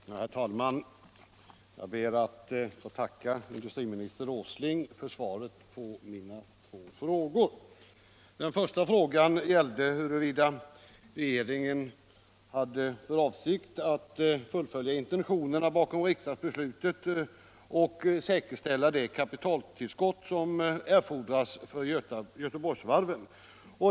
Herr talman! Jag ber att få tacka industriminister Åsling för svaret på mina två frågor. Den första frågan gällde huruvida regeringen hade för avsikt att fullfölja intentionerna bakom riksdagsbeslutet om varvsindustrin och säkerställa det kapitaltillskott som erfordras för Göteborgsvarven.